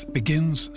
begins